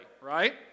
right